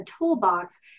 toolbox